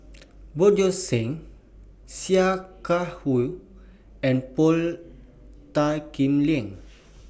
Bjorn Shen Sia Kah Hui and Paul Tan Kim Liang